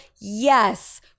yes